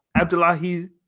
Abdullahi